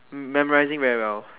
memorizing very well